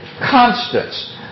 constants